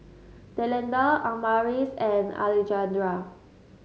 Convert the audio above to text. Delinda Amaris and Alejandra